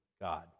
God